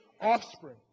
offspring